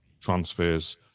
transfers